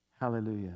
Hallelujah